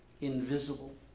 invisible